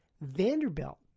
Vanderbilt